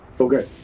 Okay